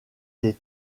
des